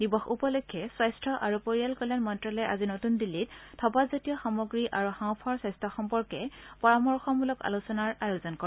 দিৱস উপলক্ষে স্বাস্থ্য আৰু পৰিয়াল কল্যাণ মন্ত্যালয়ে আজি নতুন দিন্নীত ধৰ্পাত জাতীয় সামগ্ৰী আৰু হাওঁফাওৰ স্বাস্থ্য সম্পৰ্কে পৰামৰ্শমূলক আলোচনাৰ আয়োজন কৰে